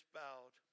bowed